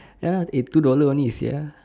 ya lah eh two dollar only sia